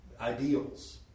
ideals